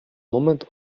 moment